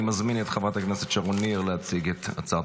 אני מזמין את חברת הכנסת שרון ניר להציג את הצעת